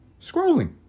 scrolling